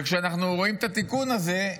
וכשאנחנו רואים את התיקון הזה,